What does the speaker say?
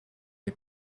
was